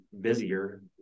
busier